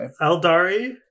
Eldari